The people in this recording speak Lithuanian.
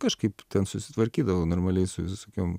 kažkaip ten susitvarkydavau normaliai su visokiom